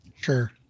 sure